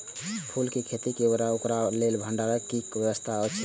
फूल के खेती करे के बाद ओकरा लेल भण्डार क कि व्यवस्था अछि?